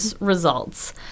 results